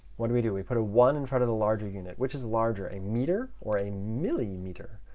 what do we do? we put a one in front of the larger unit. which is larger, a meter or a millimeter?